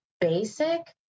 basic